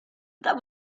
that